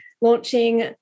launching